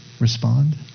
respond